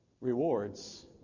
rewards